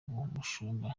mushumba